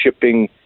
shipping